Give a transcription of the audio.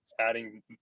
adding